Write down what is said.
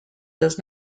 does